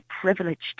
privileged